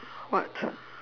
what